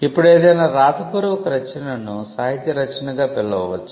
ఇప్పుడు ఏదైనా వ్రాతపూర్వక రచనను సాహిత్య రచనగా పిలవ వచ్చు